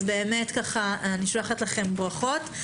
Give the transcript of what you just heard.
באמת אני שולחת לכם ברכות.